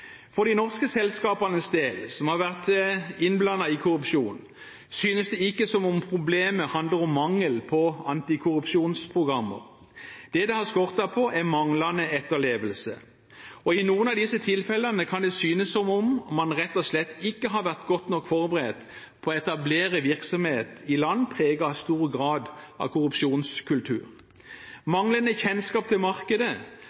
For de norske selskapenes del, som har vært innblandet i korrupsjon, synes det ikke som om problemet handler om mangel på anti-korrupsjonsprogrammer. Det det har skortet på, er manglende etterlevelse. I noen av disse tilfellene kan det synes som om man rett og slett ikke har vært godt nok forberedt på å etablere virksomhet i land preget av stor grad av korrupsjonskultur. Manglende kjennskap til markedet,